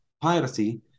piracy